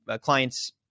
clients